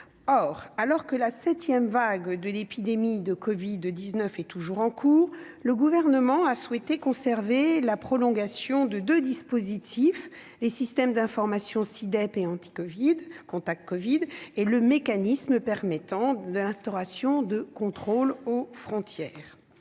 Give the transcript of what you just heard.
Or, tandis que la septième vague de l'épidémie de covid-19 est toujours en cours, le Gouvernement a souhaité prolonger deux dispositifs : les systèmes d'information SI-DEP et Contact Covid et le mécanisme permettant l'instauration de contrôles sanitaires